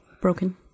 broken